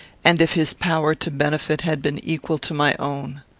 and if his power to benefit had been equal to my own.